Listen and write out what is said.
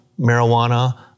marijuana